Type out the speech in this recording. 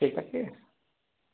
ঠিক আছে